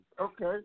Okay